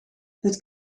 het